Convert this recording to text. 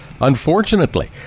unfortunately